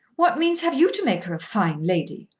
what means have you to make her a fine lady?